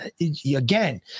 again